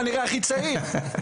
אבל נראה הכי צעיר.